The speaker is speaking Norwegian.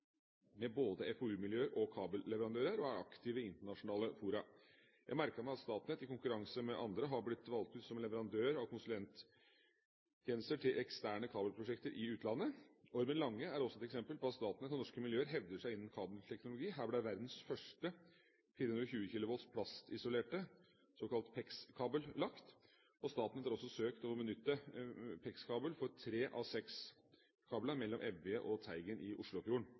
med både FoU-miljøer og kabelleverandører og er aktive i internasjonale fora. Jeg har merket meg at Statnett i konkurranse med andre har blitt valgt ut som leverandør av konsulenttjenester til eksterne kabelprosjekter i utlandet. Ormen Lange er også et eksempel på at Statnett og norske miljøer hevder seg innen kabelteknologi. Her ble verdens første 420 kV plastisolerte såkalte PEX-kabel lagt, og Statnett har også søkt om å benytte PEX-kabel for tre av seks kabler mellom Evje og Teigen i Oslofjorden,